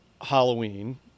Halloween